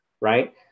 right